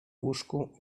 łóżku